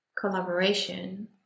collaboration